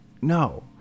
No